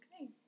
Okay